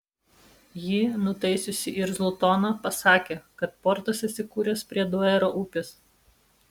ji nutaisiusi irzlų toną pasakė kad portas įsikūręs prie duero upės